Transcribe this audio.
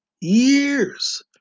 years